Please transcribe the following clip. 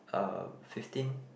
uh fifteen